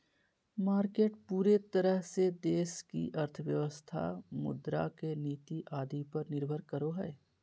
market पूरे तरह से देश की अर्थव्यवस्था मुद्रा के नीति आदि पर निर्भर करो हइ